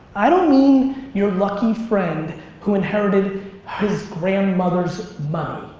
i don't mean your lucky friend who inherited his grandmother's money.